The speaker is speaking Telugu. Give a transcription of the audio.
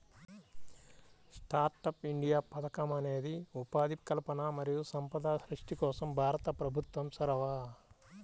స్టార్టప్ ఇండియా పథకం అనేది ఉపాధి కల్పన మరియు సంపద సృష్టి కోసం భారత ప్రభుత్వం చొరవ